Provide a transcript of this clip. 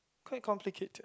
quite complicated